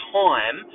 time